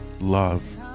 love